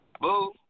Boo